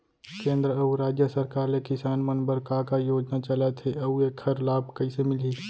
केंद्र अऊ राज्य सरकार ले किसान मन बर का का योजना चलत हे अऊ एखर लाभ कइसे मिलही?